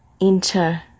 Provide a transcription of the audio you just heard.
enter